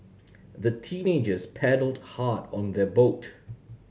the teenagers paddled hard on their boat